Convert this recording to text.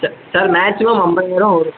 ச sir maximum ஐம்பது ரூபா வரும்